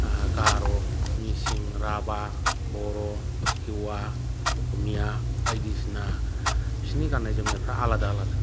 गार' मिसिं राभा बर' टिवा असमिया बायदिसिना बिसोरनि गान्नाय जोमनायफ्रा आलादा आलादा